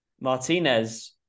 Martinez